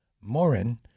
Morin